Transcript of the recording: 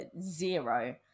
zero